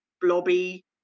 blobby